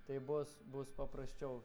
tai bus bus paprasčiau